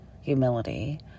humility